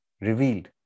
revealed